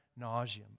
nauseum